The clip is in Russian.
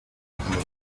этому